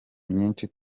myinshi